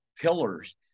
pillars